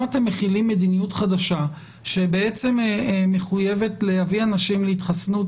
אם אתם מחילים מדיניות חדשה שמחויבת להביא אנשים להתחסנות